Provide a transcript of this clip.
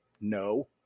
No